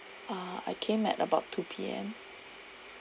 uh I came at about two P_M